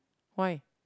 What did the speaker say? why